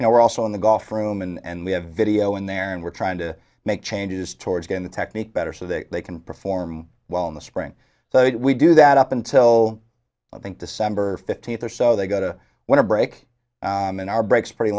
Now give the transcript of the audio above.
now we're also on the golf room and we have video in there and we're trying to make changes towards getting the technique better so that they can perform well in the spring so we do that up until i think december fifteenth or so they go to when a break in our breaks pretty